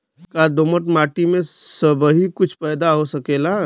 का दोमट माटी में सबही कुछ पैदा हो सकेला?